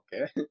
Okay